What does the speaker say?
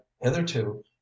hitherto